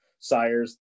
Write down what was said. sires